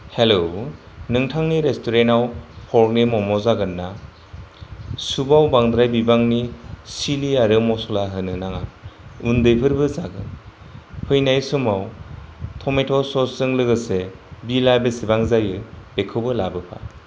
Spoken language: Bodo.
हेल्ल' नोंथांनि रेस्टुरेन्टआव पर्कनि मम' जागोन ना सुपआव बांद्राय बिबांनि चिलि आरो मस्ला होनो नाङा उन्दैफोरबो जागोन फैनाय समाव टमेट' स'सजों लोगोसे बिलआ बेसेबां जायो बेखौबो लाबोफा